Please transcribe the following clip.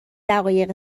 دقایق